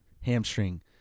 hamstring